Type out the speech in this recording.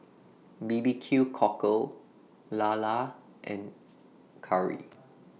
B B Q Cockle Lala and Curry